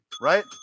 right